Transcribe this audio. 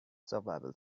survival